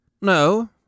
No